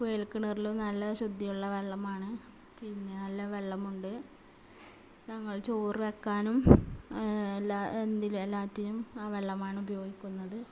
കുഴൽക്കിണറിലും നല്ല ശുദ്ധിയുള്ള വെള്ളമാണ് പിന്നെ നല്ല വെള്ളമുണ്ട് ഞങ്ങൾ ചോറ് വെക്കാനും എല്ലാ എന്തിനും എല്ലാത്തിനും ആ വെള്ളമാണ് ഉപയോഗിക്കുന്നത്